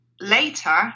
later